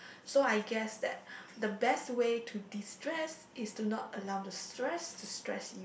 so I guess that the best way to destress is to not allow the stress to stress you